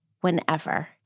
whenever